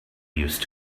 used